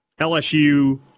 LSU